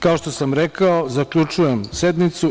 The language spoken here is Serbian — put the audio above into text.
Kao što sam rekao, zaključujem sednicu.